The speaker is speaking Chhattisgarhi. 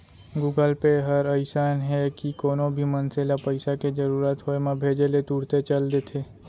गुगल पे हर अइसन हे कि कोनो भी मनसे ल पइसा के जरूरत होय म भेजे ले तुरते चल देथे